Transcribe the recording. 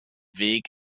weg